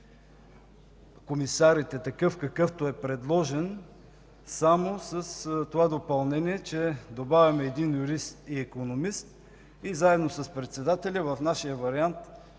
комисарите – такъв, какъвто е предложен, само с това допълнение, че добавяме един юрист и икономист и заедно с председателя в нашия вариант,